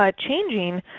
ah changing,